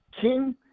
King